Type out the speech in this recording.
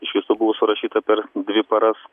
iš viso buvo surašyta per dvi paras